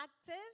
active